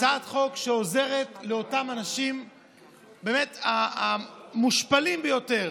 הצעת חוק שעוזרת לאנשים באמת המושפלים ביותר,